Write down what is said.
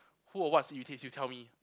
who or what irritates you tell me